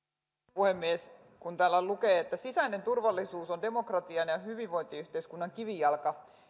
puhemies kun täällä lukee että sisäinen turvallisuus on demokratian ja ja hyvinvointiyhteiskunnan kivijalka